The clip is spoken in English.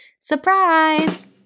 Surprise